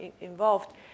involved